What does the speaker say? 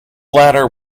latter